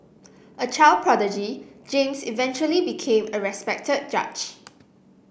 a child prodigy James eventually became a respected judge